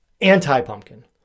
anti-pumpkin